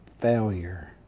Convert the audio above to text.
failure